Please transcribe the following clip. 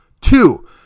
Two